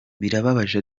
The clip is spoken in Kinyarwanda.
birababaje